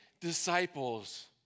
disciples